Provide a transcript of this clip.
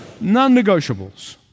Non-negotiables